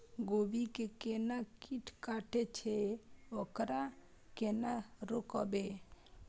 गोभी के कोन कीट कटे छे वकरा केना रोकबे?